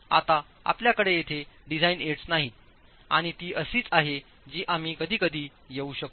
आता आपल्याकडे येथे डिझाईन एड्स नाहीत आणि ती अशीच आहे जी आम्ही कधीकधी येऊ शकू